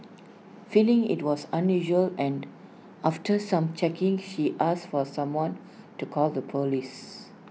feeling IT was unusual and after some checking she asked for someone to call the Police